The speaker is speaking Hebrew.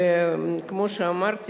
וכמו שאמרתי,